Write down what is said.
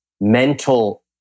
mental